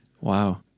Wow